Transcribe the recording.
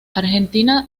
argentina